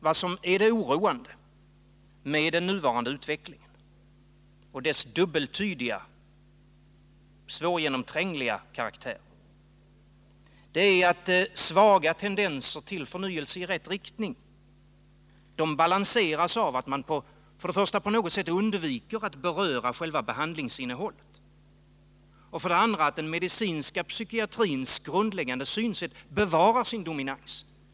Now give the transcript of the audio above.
Vad som är oroande med den nuvarande utvecklingen och dess dubbeltydiga, svårgenomträngliga karaktär är att svaga tendenser till förnyelse i rätt riktning balanseras av att man för det första på något sätt undviker att beröra själva behandlingsinnehållet och för det andra att den medicinska psykiatrins grundläggande synsätt bevarar sin dominans.